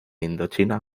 indochina